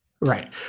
Right